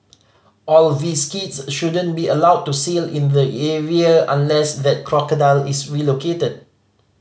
all these kids shouldn't be allowed to sail in the area unless that crocodile is relocated